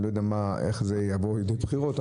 אני לא יודע איך זה יבוא לידי ביטוי בבחירות,